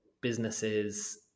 businesses